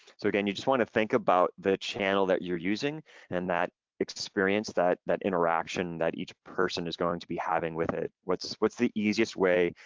so again, you just wanna think about the channel that you're using and that experience, that that interaction that each person is going to be having with it. what's what's the easiest way?